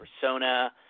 persona